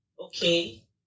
okay